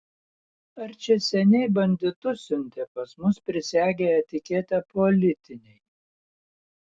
ar čia seniai banditus siuntė pas mus prisegę etiketę politiniai